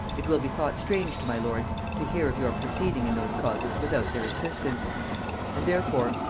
it will be thought strange to my lords to hear of your proceeding in those causes without their assistance and therefore,